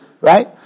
Right